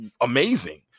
amazing